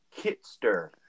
Kitster